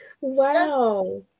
Wow